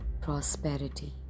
prosperity